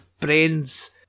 brains